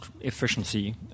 efficiency